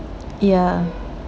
ya